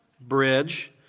Bridge